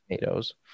Tomatoes